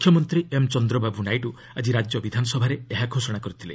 ମୁଖ୍ୟମନ୍ତ୍ରୀ ଏମ୍ ଚନ୍ଦ୍ରବାବୁ ନାଇଡୁ ଆଜି ରାଜ୍ୟ ବିଧାନସଭାରେ ଏହା ଘୋଷଣା କରିଥିଲେ